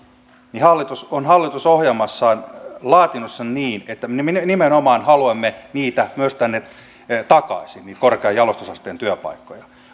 niin hallitus on hallitusohjelmassaan laatinut sen niin että me nimenomaan haluamme myös tänne takaisin niitä korkean jalostusasteen työpaikkoja